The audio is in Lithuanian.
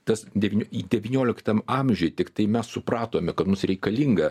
tas devynių į devynioliktam amžiuje tiktai mes supratome kad mus reikalinga